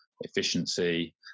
efficiency